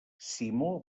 simó